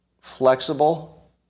flexible